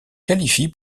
qualifie